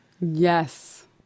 Yes